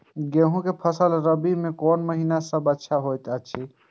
गेहूँ के फसल रबि मे कोन महिना सब अच्छा होयत अछि?